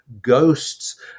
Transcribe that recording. ghosts